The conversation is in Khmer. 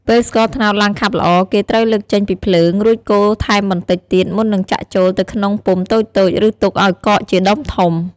ពេលស្ករត្នោតឡើងខាប់ល្អ គេត្រូវលើកចេញពីភ្លើង រួចកូរថែមបន្តិចទៀតមុននឹងចាក់ចូលទៅក្នុងពុម្ពតូចៗ ឬទុកឲ្យកកជាដុំធំ។